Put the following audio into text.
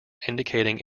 indicating